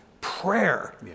prayer